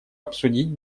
обсудить